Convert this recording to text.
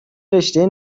رشتهء